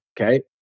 okay